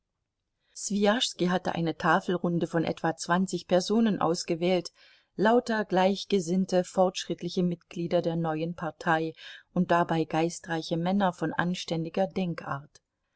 hatte eine tafelrunde von etwa zwanzig personen ausgewählt lauter gleichgesinnte fortschrittliche mitglieder der neuen partei und dabei geistreiche männer von anständiger denkart